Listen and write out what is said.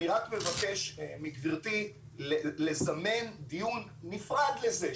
אני רק מבקש מגברתי לזמן דיון נפרד לזה,